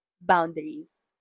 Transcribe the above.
boundaries